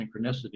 synchronicity